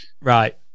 Right